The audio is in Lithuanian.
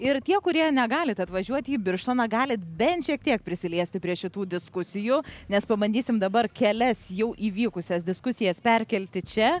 ir tie kurie negalit atvažiuoti į birštoną galit bent šiek tiek prisiliesti prie šitų diskusijų nes pabandysim dabar kelias jau įvykusias diskusijas perkelti čia